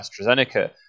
AstraZeneca